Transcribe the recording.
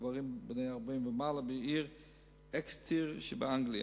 גברים בני 40 ומעלה בעיר אקסטר שבאנגליה.